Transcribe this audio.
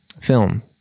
film